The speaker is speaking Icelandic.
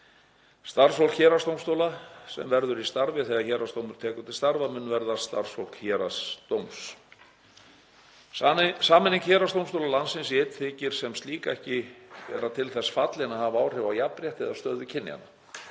Starfsfólk héraðsdómstóla, sem verður í starfi þegar héraðsdómur tekur til starfa, mun verða starfsfólk Héraðsdóms. Sameining héraðsdómstóla landsins í einn þykir sem slík ekki vera til þess fallin að hafa áhrif á jafnrétti eða stöðu kynjanna,